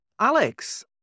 Alex